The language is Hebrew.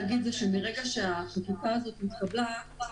חשוב לי להגיד שמרגע שהחקיקה עברה,